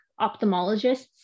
ophthalmologists